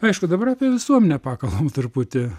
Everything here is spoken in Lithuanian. aišku dabar apie visuomenę pakalbam truputį